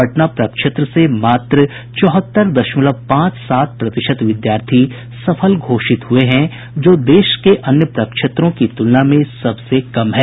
पटना प्रक्षेत्र से मात्र चौहत्तर दशमलव पांच सात प्रतिशत विद्यार्थी सफल घोषित हुये हैं जो देश के अन्य प्रक्षेत्रों की तुलना में सबसे कम है